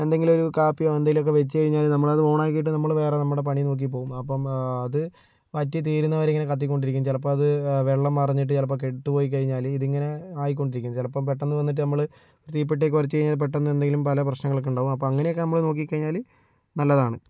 എന്തെങ്കിലൊരു കാപ്പിയോ എന്തെങ്കിലും ഒക്കെ വെച്ചു കഴിഞ്ഞാല് നമ്മളത് ഓണാക്കിയിട്ട് നമ്മള് വേറെ നമ്മുടെ പണിയും നോക്കി പോകും അപ്പോൾ അത് വറ്റിത്തീരുന്ന വരെ ഇങ്ങനെ കത്തിക്കൊണ്ടിരിക്കും ചിലപ്പോൾ അത് വെള്ളം മറിഞ്ഞിട്ട് ചിലപ്പോൾ കെട്ടു പോയിക്കഴിഞ്ഞാല് ഇതിങ്ങനെ ആയിക്കൊണ്ടിരിക്കും ചിലപ്പോൾ പെട്ടന്ന് വന്നിട്ട് നമ്മള് തീപ്പെട്ടിയൊക്കെ ഉരച്ചു കഴിഞ്ഞാൽ പെട്ടെന്ന് എന്തെങ്കിലും പല പ്രശ്നങ്ങളൊക്കെ ഉണ്ടാവും അപ്പോൾ അങ്ങനെയൊക്കെ നമ്മള് നോക്കിക്കഴിഞ്ഞാല് നല്ലതാണ്